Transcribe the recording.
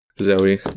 Zoe